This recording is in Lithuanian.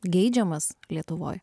geidžiamas lietuvoj